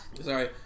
sorry